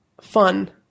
Fun